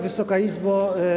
Wysoka Izbo!